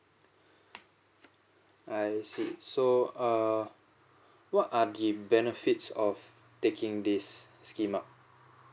I see so err what are the benefits of taking this scheme up